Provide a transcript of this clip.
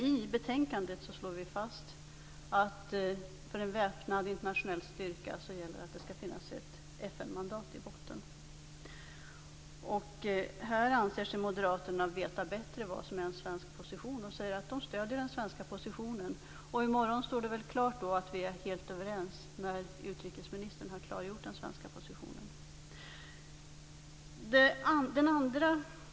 I betänkandet slår utskottet fast att för en väpnad internationell styrka gäller att det skall finnas ett FN-mandat i botten. Här anser sig moderaterna veta bättre vad som är en svensk position, och de säger att de stöder den svenska positionen. I morgon står det väl klart att vi är helt överens när utrikesministern har klargjort den svenska positionen.